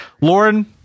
Lauren